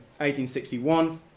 1861